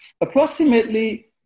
Approximately